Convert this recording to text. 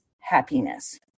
happiness